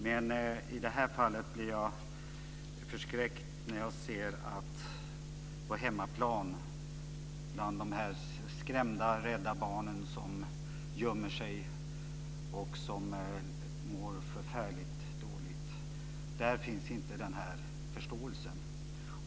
Men i det här fallet blir jag förskräckt när jag ser att på hemmaplan, bland dessa skrämda barn som gömmer sig och mår förfärligt dåligt, finns inte den här förståelsen.